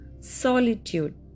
solitude